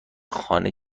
خانه